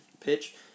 pitch